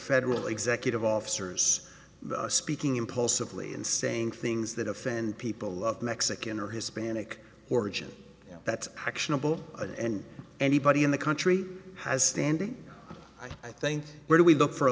federal executive officers speaking impulsively and saying things that offend people love mexican or hispanic origin that's actionable and anybody in the country has standing i think where do we look for a